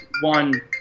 one